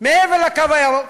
מעבר לקו הירוק,